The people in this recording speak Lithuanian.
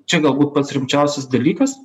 čia galbūt pats rimčiausias dalykas